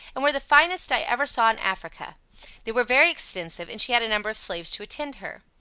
and were the finest i ever saw in africa they were very extensive, and she had a number of slaves to attend her.